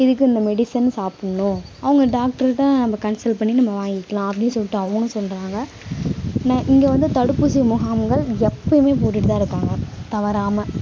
இதுக்கு இந்த மெடிசன் சாப்பிட்ணும் அவங்க டாக்டருட்ட நம்ப கன்சல் பண்ணி நம்ப வாங்கிக்கலாம் அப்படியும் சொல்லிவிட்டு அவர்களும் சொல்கிறாங்க நான் இங்கே வந்து தடுப்பூசி முகாம்கள் எப்போயுமே போட்டுகிட்டுதான் இருப்பாங்க தவறாமல்